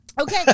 okay